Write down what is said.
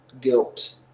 guilt